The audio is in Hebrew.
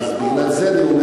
בגלל זה אני אומר,